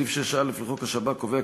סעיף 6(א) לחוק השב"כ קובע,